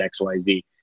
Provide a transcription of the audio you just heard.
XYZ